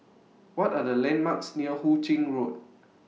What Are The landmarks near Hu Ching Road